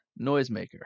Noisemaker